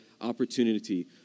opportunity